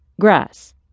grass